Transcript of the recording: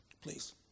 please